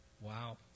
Wow